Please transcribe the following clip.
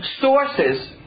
sources